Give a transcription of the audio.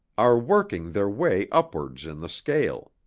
are working their way upwards in the scale.